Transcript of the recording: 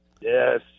Yes